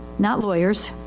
not lawyers,